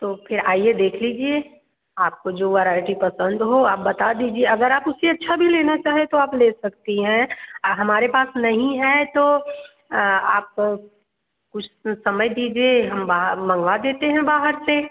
तो फिर आइए देख लीजिए आपको जो वैराइटी पसंद हो आप बता दीजिए अगर आप उससे अच्छा भी लेना चाहे तो आप ले सकती हैं हमारे पास नहीं है तो आप कुछ समय दीजिए हम मंगवा देते हैं बाहर से